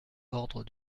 ordre